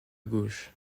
gauche